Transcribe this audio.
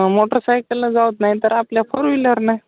motorcycle ने जाऊ नाही तर आपल्या फोर व्हिलर ने